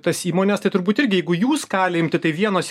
tas įmones tai turbūt irgi jeigu jūs gali imti tai vienos